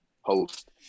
host